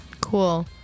Cool